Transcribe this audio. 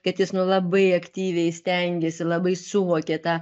kad jis labai aktyviai stengėsi labai suvokė tą